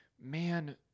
man